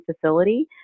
facility